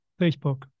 Facebook